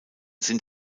sind